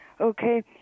okay